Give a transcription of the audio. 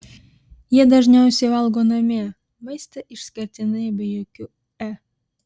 jie dažniausiai valgo namie maistą išskirtinai be jokių e